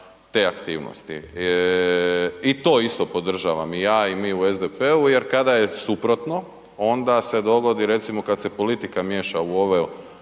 te aktivnosti i to isto podržavam i ja i mi u SDP-u jer kada je suprotno onda se dogodi recimo kad se politika miješa u ovo,